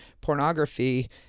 pornography